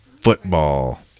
Football